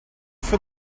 for